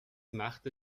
machte